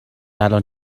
الان